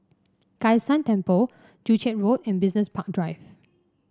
Kai San Temple Joo Chiat Road and Business Park Drive